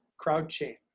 Crowdchain